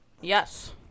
Yes